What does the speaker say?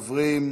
ראשון הדוברים,